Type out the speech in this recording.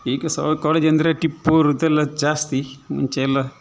ಈಗ ಸಹ ಕಾಲೇಜ್ ಅಂದರೆ ಟಿಪ್ಪು ಇವ್ರದೆಲ್ಲ ಜಾಸ್ತಿ ಮುಂಚೆ ಎಲ್ಲ